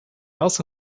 also